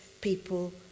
people